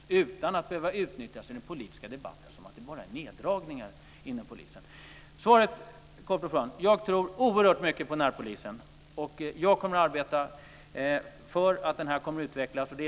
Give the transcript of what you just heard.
Det ska inte utnyttjas i den politiska debatten som bevis för att det bara är neddragningar inom polisen. Jag tror oerhört mycket på närpolisen. Jag kommer att arbeta för att den ska utvecklas.